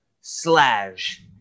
slash